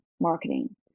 marketing